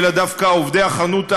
אלא דווקא עובדי החנות היהודים,